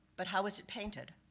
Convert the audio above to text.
but how is it painted?